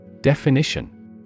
Definition